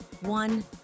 one